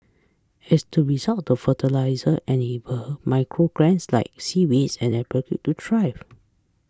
as the result of the fertiliser enable macro algae like seaweed and grape to thrive